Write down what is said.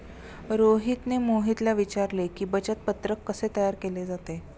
रोहितने मोहितला विचारले की, बचत पत्रक कसे तयार केले जाते?